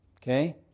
Okay